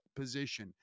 position